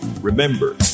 Remember